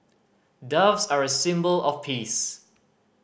doves are a symbol of peace